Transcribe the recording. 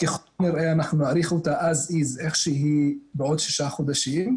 ככל הנראה אנחנו נאריך אותה כפי היא בעוד שישה חודשים.